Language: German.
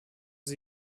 sie